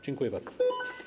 Dziękuję bardzo.